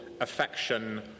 affection